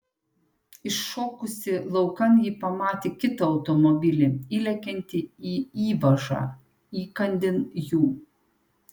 iššokusi laukan ji pamatė kitą automobilį įlekiantį į įvažą įkandin jų